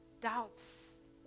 Doubts